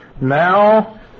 now